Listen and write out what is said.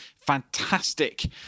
Fantastic